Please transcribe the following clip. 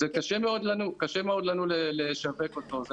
מאוד לנו לשווק אותו.